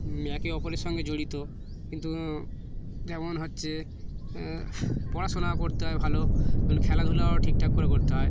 একে অপরের সঙ্গে জড়িত কিন্তু যেমন হচ্ছে পড়াশোনা করতে হয় ভালো এবংম খেলাধুলাও ঠিক ঠাক করে করতে হয়